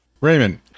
Raymond